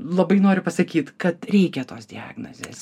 labai noriu pasakyt kad reikia tos diagnozės